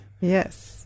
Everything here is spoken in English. Yes